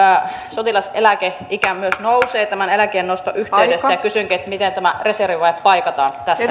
sotilaseläkeikä myös nousee tämän eläkkeen noston yhteydessä ja kysynkin miten tämä reservivaje paikataan tässä